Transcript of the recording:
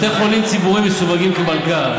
בתי חולים ציבוריים מסווגים כמלכ"ר.